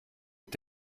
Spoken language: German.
mit